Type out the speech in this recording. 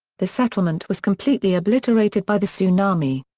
the settlement was completely obliterated by the tsunami.